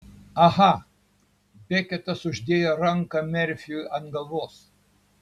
aha beketas uždėjo ranką merfiui ant galvos